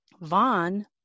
Vaughn